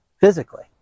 physically